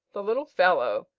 the little fellow,